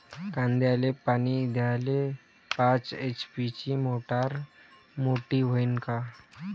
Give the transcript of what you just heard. कांद्याले पानी द्याले पाच एच.पी ची मोटार मोटी व्हईन का?